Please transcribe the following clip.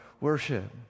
worship